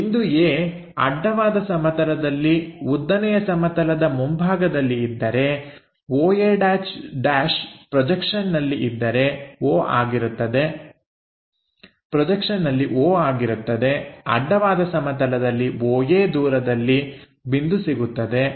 ಬಿಂದು A ಅಡ್ಡವಾದ ಸಮತಲದಲ್ಲಿ ಉದ್ದನೆಯ ಸಮತಲದ ಮುಂಭಾಗದಲ್ಲಿ ಇದ್ದರೆ Oa' ಪ್ರೊಜೆಕ್ಷನ್ನಲ್ಲಿ O ಆಗಿರುತ್ತದೆ ಅಡ್ಡವಾದ ಸಮತಲದಲ್ಲಿ Oa ದೂರದಲ್ಲಿ ಬಿಂದು ಸಿಗುತ್ತದೆ